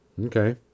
Okay